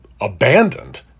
abandoned